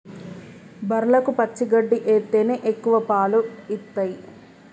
బర్లకు పచ్చి గడ్డి ఎత్తేనే ఎక్కువ పాలు ఇత్తయ్